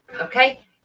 okay